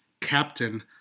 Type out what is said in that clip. captain